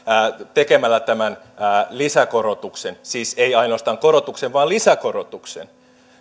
tekemällä tämän lisäkorotuksen siis ei ainoastaan korotuksen vaan lisäkorotuksen